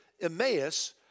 Emmaus